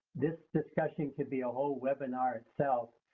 this discussion could be a whole webinar itself.